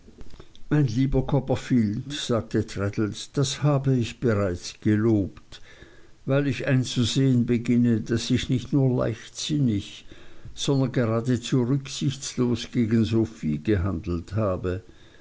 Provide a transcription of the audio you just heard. mein lieber copperfield sagte traddles das habe ich bereits gelobt weil ich einzusehen beginne daß ich nicht nur leichtsinnig sondern geradezu rücksichtslos gegen sophie gehandelt habe